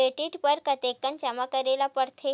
Credit बर कतेकन जमा करे ल पड़थे?